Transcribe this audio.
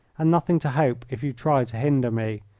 and nothing to hope if you try to hinder me.